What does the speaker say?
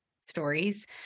stories